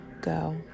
go